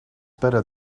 better